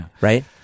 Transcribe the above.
right